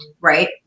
right